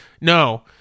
No